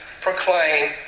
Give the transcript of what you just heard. proclaim